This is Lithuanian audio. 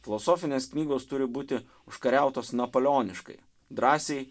filosofinės knygos turi būti užkariautos napoleoniškai drąsiai